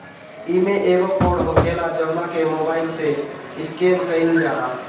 इमें एगो कोड होखेला जवना के मोबाईल से स्केन कईल जाला